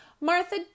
Martha